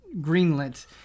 greenlit